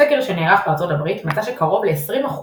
סקר שנערך בארצות הברית מצא שקרוב ל-20%